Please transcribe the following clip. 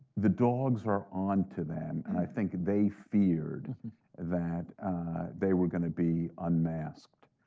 the dogs were onto them, and i think they feared that they were going to be unmasked.